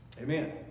Amen